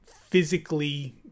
physically